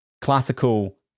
classical